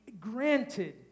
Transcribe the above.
granted